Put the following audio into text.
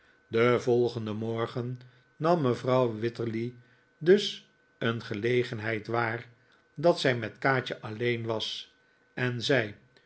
den volgenden morgen nam mevrouw wititterly dus een gelegenheid waar dat zij met kaatje alleen was en zei